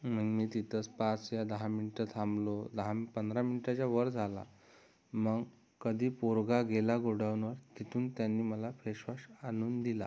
मग मी तिथंच पाच या दहा मिनटं थांबलो लहान पंधरा मिनटाच्यावर झाला मग कधी पोरगा गेला गोडाऊनवर तिथून त्यांनी मला फेश वॉश आणून दिला